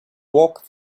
walk